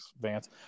Vance